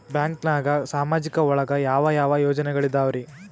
ಬ್ಯಾಂಕ್ನಾಗ ಸಾಮಾಜಿಕ ಒಳಗ ಯಾವ ಯಾವ ಯೋಜನೆಗಳಿದ್ದಾವ್ರಿ?